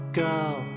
girl